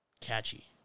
Catchy